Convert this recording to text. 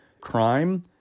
crime